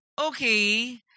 okay